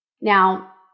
Now